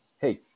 hey